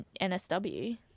NSW